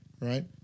right